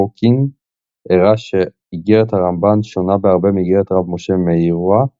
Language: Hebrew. שורקין הראה שאגרת הרמב"ן שונה בהרבה מאגרת רב משה מאיוורא,